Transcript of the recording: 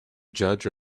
judge